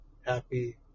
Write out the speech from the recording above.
happy